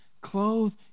Clothe